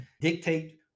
dictate